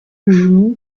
joo